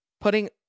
putting